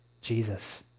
Jesus